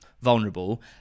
vulnerable